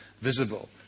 visible